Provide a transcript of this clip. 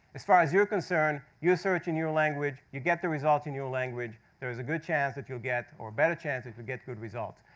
as far as you're concerned, you're searching your language. you get the results in your language. there's a good chance that you'll get or a better chance that you'll get good results.